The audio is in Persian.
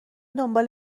دنبال